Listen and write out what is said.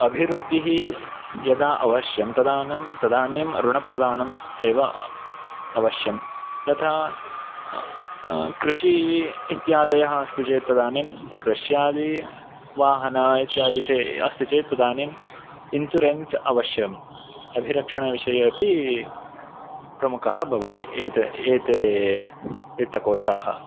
अभिवृद्धिः यदा अवश्यं तदानं तदानीम् ऋणप्रधानम् एव अवश्यं तथा कृषि इत्यादयः अस्ति चेत् तदानीं कृष्यादि वाहन इत्यादि चे अस्ति चेत् तदानीं इन्शुरेन्स् अवश्यं अभिरक्षणविषये अपि प्रमुखः भवति एत एते वित्तकोशाः